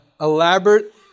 elaborate